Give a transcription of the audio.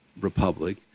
republic